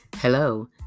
Hello